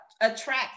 Attract